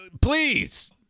Please